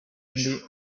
ndi